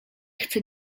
chcę